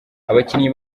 abakinnyi